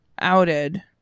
outed